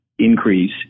Increase